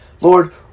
Lord